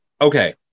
okay